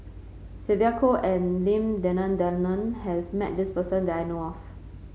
Sylvia Kho and Lim Denan Denon has met this person that I know of